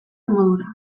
modura